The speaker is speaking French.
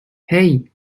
hey